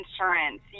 insurance